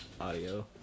audio